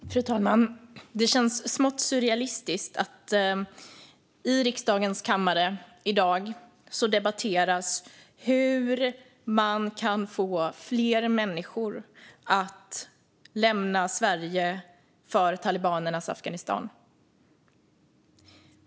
Fru talman! Det känns smått surrealistiskt att det i riksdagens kammare i dag debatteras hur man kan få fler människor att lämna Sverige för talibanernas Afghanistan.